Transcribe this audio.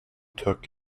took